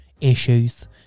issues